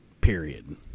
period